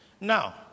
Now